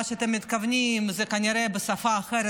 מה שאתם מתכוונים אליו זה כנראה בשפה אחרת,